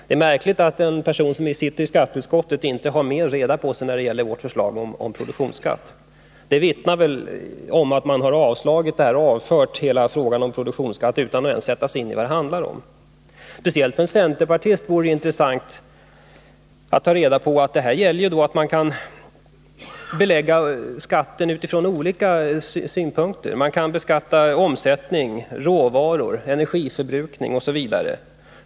Det är märkligt att en person som sitter i skatteutskottet inte har mer reda på sig när det gäller vårt förslag om produktionsskatt. Det vittnar om att man avstyrkt förslaget och avfört hela frågan om produktionsskatt utan att ens ha satt sig in i vad det handlar om. Speciellt för en centerpartist borde det vara intressant att ta reda på att produktionsskatten gör det möjligt att bestämma skatten från olika synpunkter. Man kan beskatta omsättning, råvaror, energiförbrukning osv.